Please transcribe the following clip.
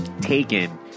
taken